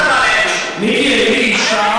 מה תרמה לאנושות ניקי היילי הזו?